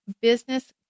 business